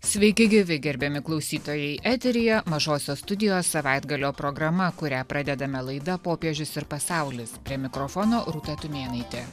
sveiki gyvi gerbiami klausytojai eteryje mažosios studijos savaitgalio programa kurią pradedame laida popiežius ir pasaulis prie mikrofono rūta tumėnaitė